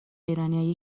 ایرانیا